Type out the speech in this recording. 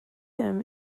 him